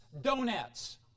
donuts